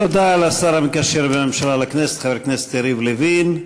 תודה לשר המקשר בין הממשלה לכנסת חבר הכנסת יריב לוין.